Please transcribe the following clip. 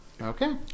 Okay